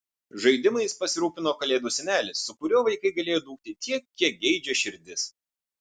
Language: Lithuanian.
žaidimais pasirūpino kalėdų senelis su kuriuo vaikai galėjo dūkti tiek kiek geidžia širdis